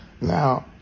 Now